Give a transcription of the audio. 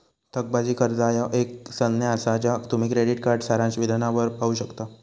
थकबाकी कर्जा ह्या एक संज्ञा असा ज्या तुम्ही क्रेडिट कार्ड सारांश विधानावर पाहू शकता